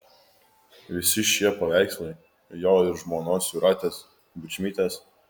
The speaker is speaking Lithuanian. visi šie paveikslai jo ir žmonos jūratės bučmytės